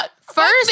first